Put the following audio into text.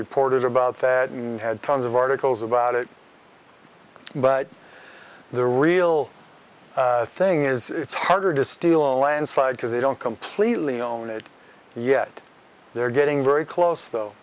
reported about that had tons of articles about it but the real thing is it's harder to steal a landslide because they don't completely own it yet they're getting very close though